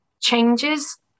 changes